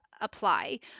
apply